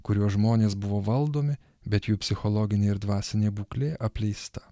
kuriuo žmonės buvo valdomi bet jų psichologinė ir dvasinė būklė apleista